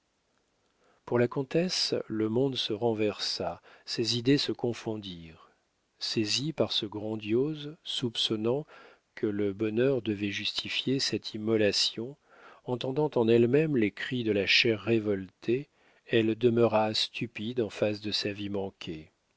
pour la comtesse le monde se renversa ses idées se confondirent saisie par ce grandiose soupçonnant que le bonheur devait justifier cette immolation entendant en elle-même les cris de la chair révoltée elle demeura stupide en face de sa vie manquée